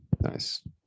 Nice